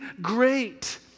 great